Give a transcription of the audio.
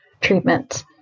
treatments